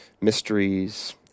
mysteries